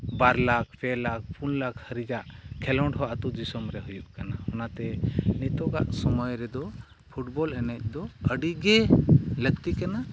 ᱵᱟᱨᱞᱟᱠ ᱯᱮᱞᱟᱠ ᱯᱩᱱᱞᱟᱠ ᱦᱟᱹᱨᱤᱡᱟᱜ ᱠᱷᱮᱞᱳᱰᱦᱚᱸ ᱟᱹᱛᱩ ᱫᱤᱥᱚᱢᱨᱮ ᱦᱩᱭᱩᱜ ᱠᱟᱱᱟ ᱚᱱᱟᱛᱮ ᱱᱤᱛᱳᱜᱟᱜ ᱥᱚᱢᱚᱭ ᱨᱮᱫᱚ ᱯᱷᱩᱴᱵᱚᱞ ᱮᱱᱮᱡ ᱫᱚ ᱟᱹᱰᱤᱜᱮ ᱞᱟᱹᱠᱛᱤ ᱠᱟᱱᱟ